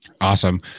Awesome